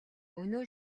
өнөө